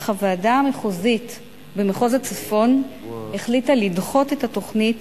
אך הוועדה המחוזית במחוז הצפון החליטה לדחות את התוכנית